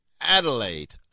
Adelaide